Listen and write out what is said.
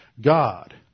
God